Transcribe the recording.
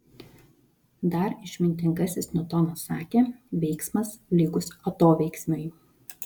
dar išmintingasis niutonas sakė veiksmas lygus atoveiksmiui